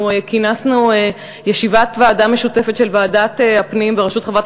אנחנו כינסנו ישיבת ועדה משותפת של ועדת הפנים בראשות חברת